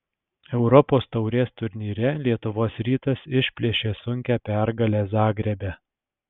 europos taurės turnyre lietuvos rytas išplėšė sunkią pergalę zagrebe